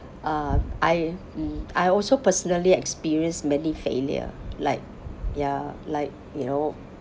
I mm I also personally experienced many failures like ya like you know mm uh